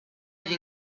gli